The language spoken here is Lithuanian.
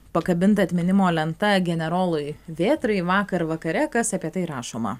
pakabinta atminimo lenta generolui vėtrai vakar vakare kas apie tai rašoma